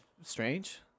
strange